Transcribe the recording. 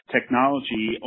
Technology